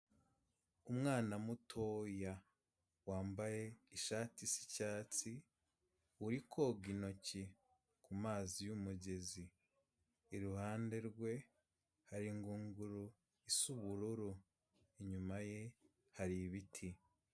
Umwana mutoya wambaye ishati isa icyatsi uri koga intoki mu mazi y'umugezi, iruhande rwe hari ingunguru isa ubururu, inyuma ye hari ibiti.